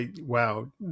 Wow